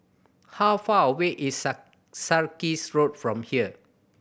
how far away is Sarkies Road from here